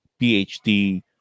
PhD